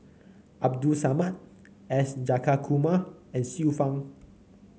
Abdul Samad S Jayakumar and Xiu Fang